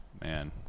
Man